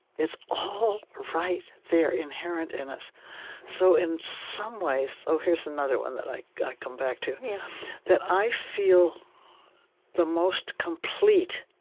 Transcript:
it's all right there, inherent in us so in some ways oh, here's another one that i i come back to yeah that i feel the most complete